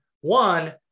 one